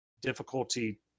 difficulty